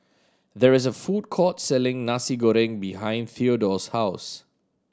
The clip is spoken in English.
there is a food court selling Nasi Goreng behind Theodore's house